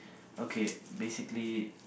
okay basically